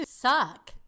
Suck